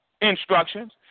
instructions